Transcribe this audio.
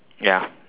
ya